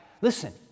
Listen